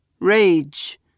Rage